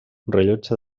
rellotge